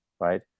right